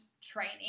training